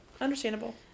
Understandable